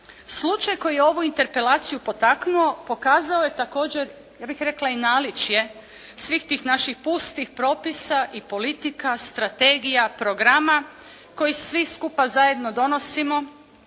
Slučaj koji je ovu Interpelaciju potaknuo pokazao je također ja bih rekla i naličje svih tih naših pustih propisa i politika, strategija, programa koji svi skupa zajedno donosimo,